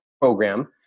program